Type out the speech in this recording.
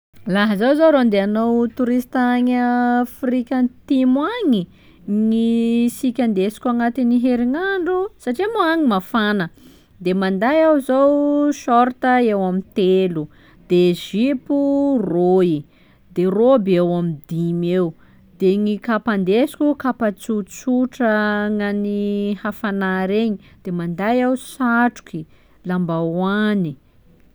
Laha zaho zô ro handeha hanao touriste agny a- Afrika Antimo agny, gny siky andesiko agnaty herignandro satria moa agny mafana: de manday aho zao sôrta eo amin'ny telo, de zipo roy, de robe eo amin'ny dimy eo, de gny kapa ndesiko kapa tsotsotra gna'ny hafana regny, da manday aho satroky, lambahoany.